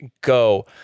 go